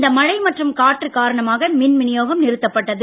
இந்த மழை மற்றும் காற்று காரணமாக மின் விநியோகம் நிறுத்தப்பட்டது